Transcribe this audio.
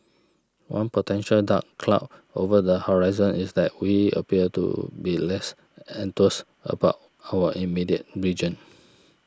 one potential dark cloud over the horizon is that we appear to be less enthused about our immediate region